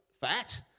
fat